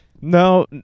No